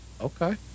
Okay